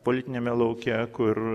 politiniame lauke kur